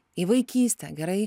į vaikystę gerai